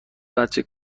بچه